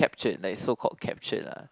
captured like so called captured ah